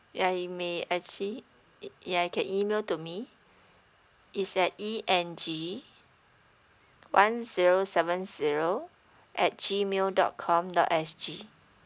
yeah you may actually it yeah you can email to me it's the E N G one zero seven zero at G mail dot com dot S G